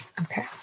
Okay